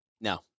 No